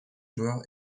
joueurs